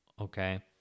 okay